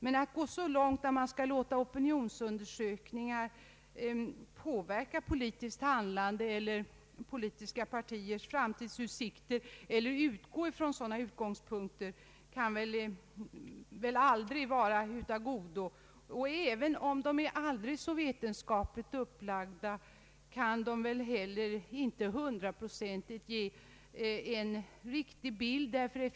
Men att gå så långt att man skall låta opinionsundersökningar påverka politiskt handlande eller politiska partiers framtidsutsikter eller att i resonemanget utgå från sådana utgångspunkter kan väl aldrig vara av godo. Även om dessa undersökningar är aldrig så vetenskapligt upplagda kan de inte ge en 100-procentigt riktig bild av situationen.